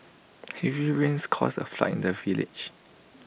heavy rains caused A flood in the village